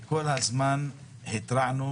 כל הזמן התרענו